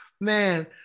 Man